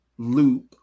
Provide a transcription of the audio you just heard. loop